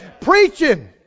preaching